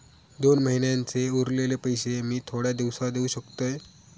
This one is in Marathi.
दोन महिन्यांचे उरलेले पैशे मी थोड्या दिवसा देव शकतय?